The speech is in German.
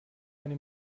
eine